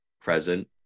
present